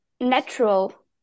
natural